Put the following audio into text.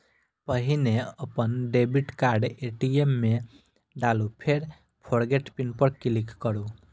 पहिने अपन debit card ATM मे डालू, फेर फोरगेट पिन पर क्लिक करू